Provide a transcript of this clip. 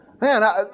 Man